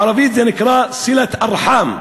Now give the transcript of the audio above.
בערבית זה נקרא: צִלַת ארחאם.